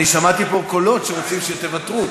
אני שמעתי פה קולות שרוצים שתוותרו,